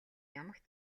ямагт